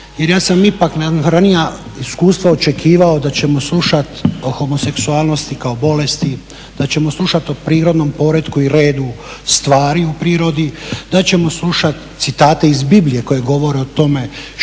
jer ja sam ipak na ranija iskustva očekivao da ćemo slušati o homoseksualnosti kao bolesti, da ćemo slušati o prirodnom poretku i redu stvari u prirodi, da ćemo slušati citate iz Biblije koji govore o tome šta je